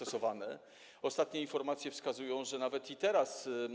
Ostatnie informacje wskazują, że nawet i teraz.